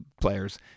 players